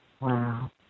Wow